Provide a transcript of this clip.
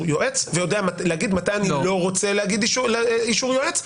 יועץ ויודע להגיד מתי אני לא רוצה אישור יועץ.